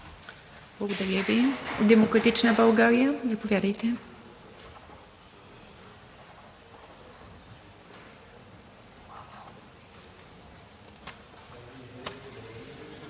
Благодаря Ви. „Демократична България“ – заповядайте,